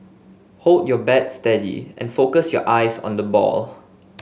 hold your bat steady and focus your eyes on the ball